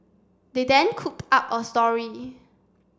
they then cooked up a story